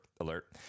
alert